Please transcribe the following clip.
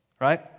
right